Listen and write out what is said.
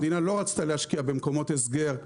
המדינה לא רצתה להשקיע במקומות הסגר,